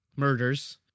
Murders